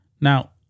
Now